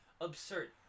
Absurd